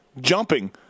jumping